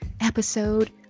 episode